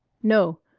no.